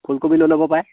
ফুলকবি ল'ব পাৰে